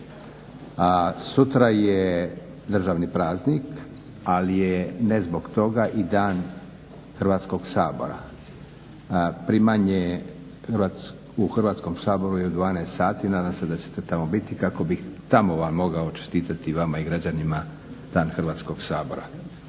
sutra je državni praznik, ali je ne zbog toga i dan Hrvatskog sabora. Primanje u Hrvatskom saboru je u 12 sati, nadam se da ćete tamo biti kako bi tamo vam mogao čestitati vama i građanima Dan Hrvatskog sabora.